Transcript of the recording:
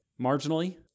marginally